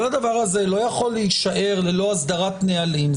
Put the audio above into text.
כל הדבר הזה לא יכול להישאר ללא הסדרת נהלים.